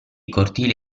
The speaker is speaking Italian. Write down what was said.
cortili